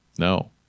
no